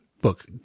book